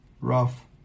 Rough